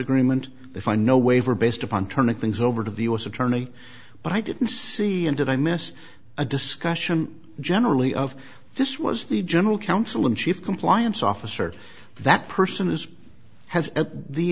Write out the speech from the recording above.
agreement if i know waiver based upon turning things over to the u s attorney but i didn't see him did i miss a discussion generally of this was the general counsel and chief compliance officer that person is has the